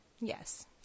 Yes